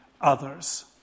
others